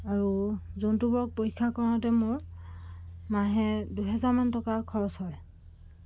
আৰু জন্তুবোৰক পৰীক্ষা কৰাওতে মোৰ মাহে দুহেজাৰমান টকাৰ খৰচ হয়